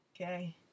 okay